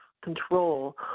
control